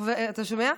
אתה שומע,